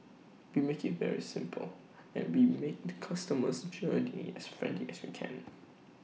we make IT very simple and we make the customer's journey as friendly as we can